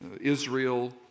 Israel